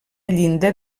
llinda